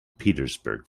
petersburg